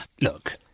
Look